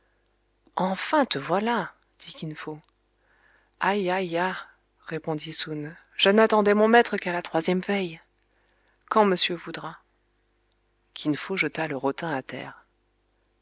enfin te voilà dit kin fo ai ai ya répondit soun je n'attendais mon maître qu'à la troisième veille quand monsieur voudra kin fo jeta le rotin à terre